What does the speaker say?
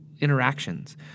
interactions